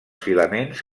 filaments